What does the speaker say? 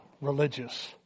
religious